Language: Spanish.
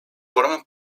forman